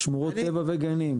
שמורות טבע וגנים.